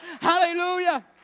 Hallelujah